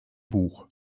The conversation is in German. buch